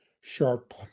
sharp